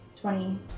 Twenty